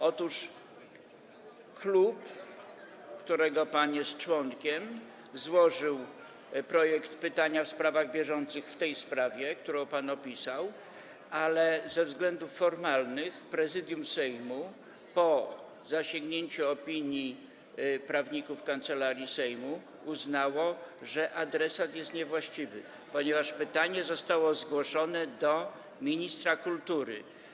Otóż klub, którego pan jest członkiem, złożył projekt pytania w sprawach bieżących w tej sprawie, którą pan opisał, ale ze względów formalnych Prezydium Sejmu po zasięgnięciu opinii prawników Kancelarii Sejmu uznało, że adresat jest niewłaściwy, ponieważ pytanie zostało zgłoszone do ministra kultury.